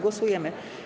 Głosujemy.